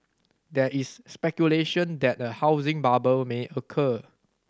there is speculation that a housing bubble may occur